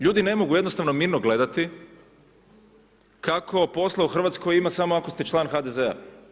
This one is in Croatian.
Ljudi ne mogu jednostavno mirno gledati kako posla u Hrvatskoj ima samo ako ste član HDZ-a.